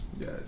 Yes